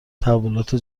تحولات